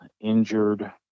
injured